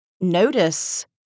notice